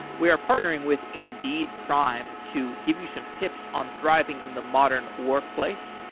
we are partnering with indeed prime to give you some tips on thriving in the modern workplace.